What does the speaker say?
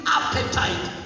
appetite